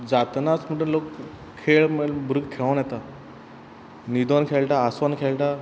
जातनाच म्हुणट लोक खेळ म्ह भुरगो खेळोन येता न्हिदोन खेळटा हांसोन खेळटा